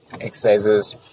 exercises